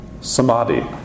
samadhi